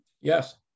Yes